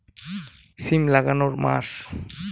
সিম লাগানোর মাস?